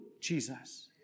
Jesus